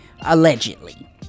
allegedly